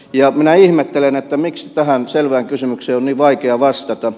ja minä ihmettelen miksi tähän selvään kysymykseen on niin vaikea vastata